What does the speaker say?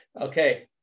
Okay